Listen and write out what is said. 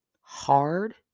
hard